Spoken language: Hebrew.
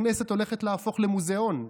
הכנסת הולכת להפוך למוזיאון.